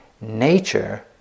nature